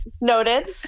noted